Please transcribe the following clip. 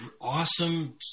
awesome